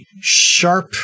sharp